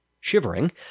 shivering